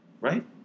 right